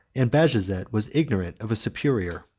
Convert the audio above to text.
and bajazet was ignorant of a superior.